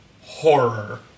horror